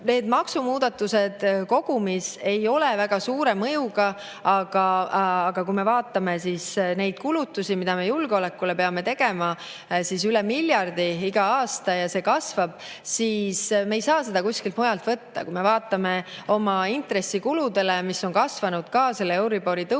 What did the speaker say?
Need maksumuudatused kogumis ei ole väga suure mõjuga, aga kui me vaatame neid kulutusi, mida me julgeolekule peame tegema – üle miljardi iga aasta ja see kasvab –, siis näeme, et me ei saa seda kuskilt mujalt võtta. Vaatame oma intressikulusid, mis on ka kasvanud euribori tõusuga.